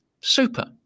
Super